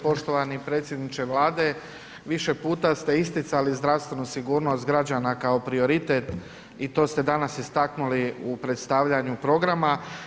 Poštovani predsjedniče Vlade, više puta ste isticali zdravstvenu sigurnost građana kao prioritet i to ste danas istaknuli u predstavljanju programa.